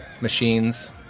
machines